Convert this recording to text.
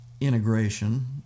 integration